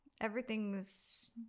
everything's